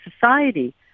society